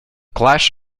clash